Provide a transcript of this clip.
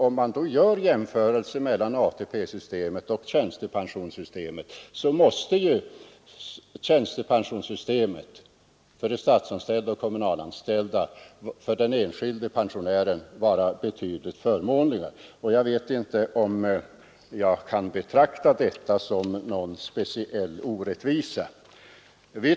Om man gör en jämförelse mellan ATP-systemet och tjänstepensionssystemet för statsoch kommunalanställda, så finner man ju att det sistnämnda är betydligt förmånligare för den enskilde pensionären, och jag vet inte om jag kan betrakta detta som någon speciell orättvisa.